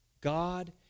God